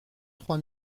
trois